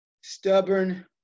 Stubborn